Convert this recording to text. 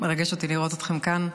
מרגש אותי לראות אתכם כאן.